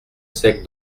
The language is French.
sec